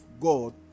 God